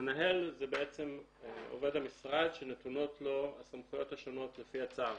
המנהל זה בעצם עובד המשרד שנתונות לו הסמכויות השונות לפי הצו